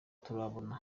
turabona